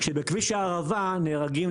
כשבכביש הערבה נהרגים,